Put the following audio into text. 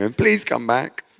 and please come back.